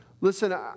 Listen